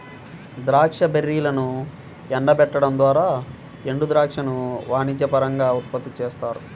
ద్రాక్ష బెర్రీలను ఎండబెట్టడం ద్వారా ఎండుద్రాక్షను వాణిజ్యపరంగా ఉత్పత్తి చేస్తారు